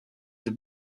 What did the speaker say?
the